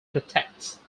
protects